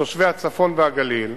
לתושבי הצפון והגליל,